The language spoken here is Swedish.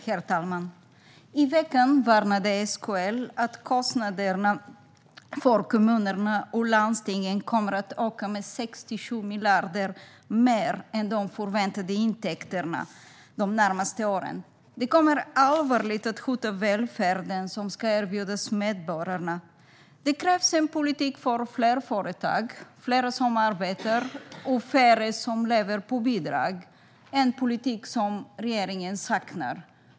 Herr talman! I veckan varnade SKL för att kostnaderna för kommuner och landsting kommer att öka med 6-7 miljarder mer än de förväntade intäkterna de närmaste åren. Det kommer allvarligt att hota den välfärd som ska erbjudas medborgarna. Det krävs en politik för fler företag, fler som arbetar och färre som lever på bidrag - en politik som regeringen saknar.